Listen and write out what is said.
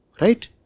right